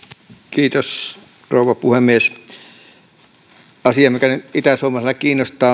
rouva puhemies asia mikä itäsuomalaisena kiinnostaa